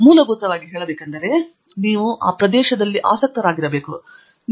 ಆದರೆ ಮೂಲಭೂತವಾಗಿ ಹೇಳಬೇಕೆಂದರೆ ಆ ಪ್ರದೇಶದಲ್ಲಿ ನೀವು ಆಸಕ್ತರಾಗಿರಬೇಕು ಎಂದು ನಾನು ಹೇಳುತ್ತೇನೆ